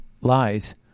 lies